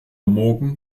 morgen